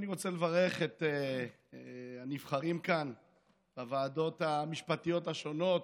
אני רוצה לברך את הנבחרים כאן לוועדות המשפטיות השונות,